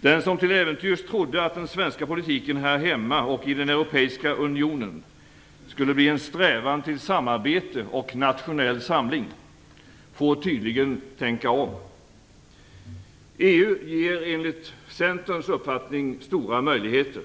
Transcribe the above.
Den som till äventyrs trodde att den den svenska politiken här hemma och i den europeiska unionen skulle bli en strävan till samarbete och nationell samling får tydligen tänka om. EU ger enligt Centerns uppfattning stora möjligheter.